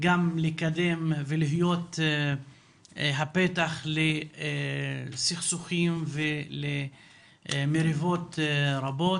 גם לקדם ולהיות הפתח לסכסוכים ולמריבות רבות